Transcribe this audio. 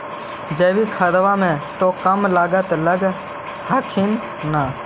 जैकिक खदबा मे तो कम लागत लग हखिन न?